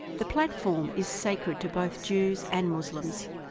the platform is sacred to both jews and muslims,